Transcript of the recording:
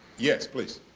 yes, please.